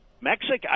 Mexico